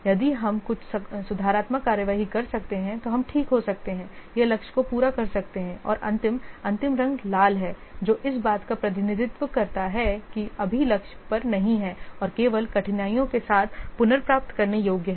यदि हम कुछ सुधारात्मक कार्रवाई कर सकते हैं तो हम ठीक हो सकते हैं हम लक्ष्य को पूरा कर सकते हैं और अंतिम अंतिम रंग लाल है जो इस बात का प्रतिनिधित्व करता है कि अभी लक्ष्य पर नहीं है और केवल कठिनाई के साथ पुनर्प्राप्त करने योग्य है